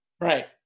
right